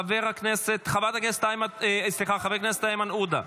חבר הכנסת איימן עודה,